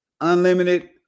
unlimited